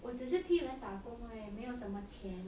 我只是替人打工而已没有什么钱